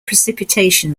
precipitation